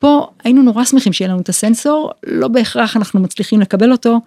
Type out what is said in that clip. פה היינו נורא שמחים שיהיה לנו את הסנסור, לא בהכרח אנחנו מצליחים לקבל אותו.